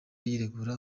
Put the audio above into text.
yiregura